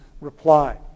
reply